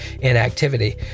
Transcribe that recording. inactivity